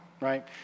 right